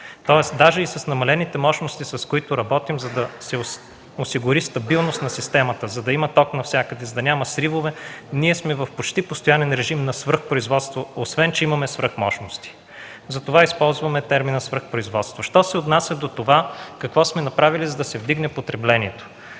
Тоест, даже и с намалените мощности, с които работим, за да се осигури стабилност на системата, за да има ток навсякъде, за да няма сривове, ние сме в почти постоянен режим на свръхпроизводство, освен че имаме свръхмощности. Затова използваме терминът „свръхпроизводство”. Що се отнася за това какво сме направили, за да се вдигне потреблението,